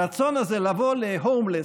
הרצון הזה לבוא להומלס,